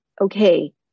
okay